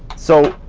so,